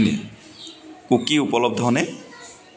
কুকি উপলব্ধনে